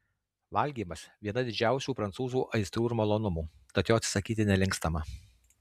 valgymas viena didžiausių prancūzų aistrų ir malonumų tad jo atsisakyti nelinkstama